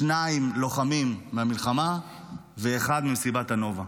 שני לוחמים מהמלחמה ואחד ממסיבת הנובה.